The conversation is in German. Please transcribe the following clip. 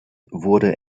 wurde